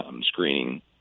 screening